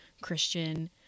Christian